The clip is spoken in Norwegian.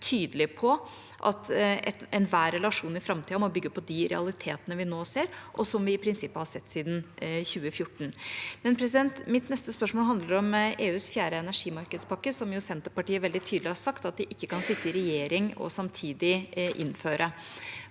tydelig på at enhver relasjon i framtida må bygge på de realitetene vi nå ser, og som vi i prinsippet har sett siden 2014. Mitt neste spørsmål handler om EUs fjerde energimarkedspakke, som Senterpartiet veldig tydelig har sagt at de ikke kan sitte i regjering og samtidig innføre.